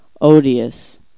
odious